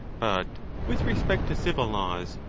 but with respect to civil laws,